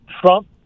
Trump